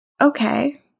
okay